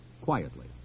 quietly